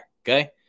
Okay